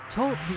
Talk